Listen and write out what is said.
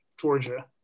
Georgia